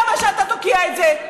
למה שאתה תוקיע את זה?